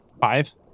Five